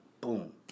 boom